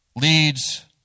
leads